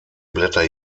blätter